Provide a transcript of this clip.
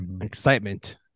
Excitement